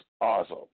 awesome